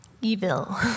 evil